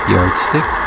Yardstick